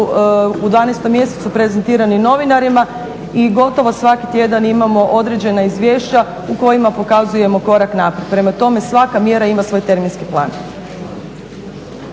u 12. mjesecu prezentirani novinarima i gotovo svaki tjedan imamo određena izvješća u kojima pokazujemo korak naprijed. Prema tome svaka mjera ima svoj terminski plan.